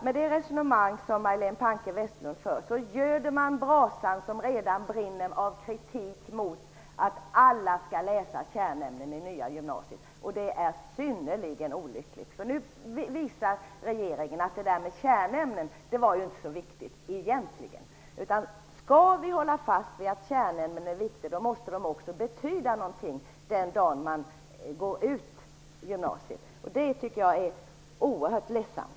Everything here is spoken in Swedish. Med det resonemang som Majléne Westerlund Panke för göder man den brasa som redan brinner av kritik mot att alla skall läsa kärnämnen i det nya gymnasiet. Det är synnerligen olyckligt. Nu visar regeringen att det egentligen inte var så viktigt med kärnämnen. Om vi skall hålla fast vid att det är viktigt med kärnämnen måste de också betyda något den dag man går ut gymnasiet. Det är oerhört ledsamt.